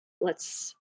lets